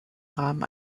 rahmen